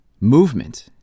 Movement